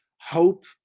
hope